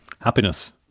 Happiness